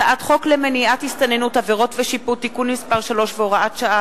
הצעת חוק למניעת הסתננות (עבירות ושיפוט) (תיקון מס' 3 והוראת שעה),